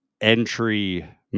entry